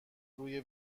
روی